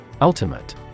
Ultimate